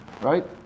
right